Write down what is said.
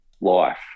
life